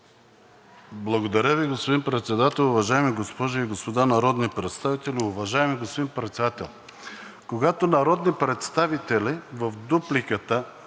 Благодаря Ви, господин Председател. Уважаеми госпожи и господа народни представители, уважаеми господин Председател! Когато народни представители в дупликата